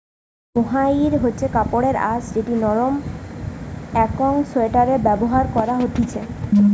mohair হচ্ছে কাপড়ের আঁশ যেটি নরম একং সোয়াটারে ব্যবহার করা হতিছে